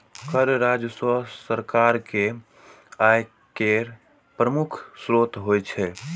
कर राजस्व सरकार के आय केर प्रमुख स्रोत होइ छै